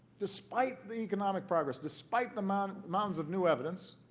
despite the economic progress, despite the mountains mountains of new evidence,